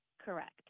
Correct